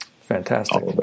Fantastic